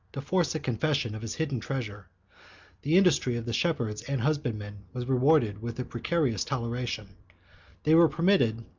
to force a confession of his hidden treasure the industry of the shepherds and husbandmen was rewarded with a precarious toleration they were permitted,